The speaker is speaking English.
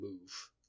move